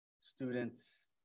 students